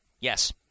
Yes